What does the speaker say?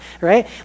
right